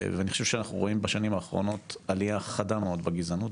ואני חושב שאנחנו רואים בשנים האחרונות עלייה חדה מאוד בגזענות,